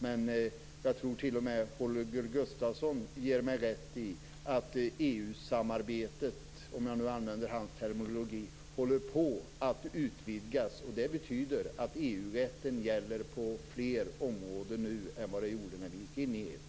Men jag tror att t.o.m. Holger Gustafsson ger mig rätt i att EU-samarbetet, om jag använder hans terminologi, håller på att utvidgas. Det betyder att EU-rätten gäller på fler områden nu än när vi gick in i EU.